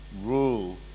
rule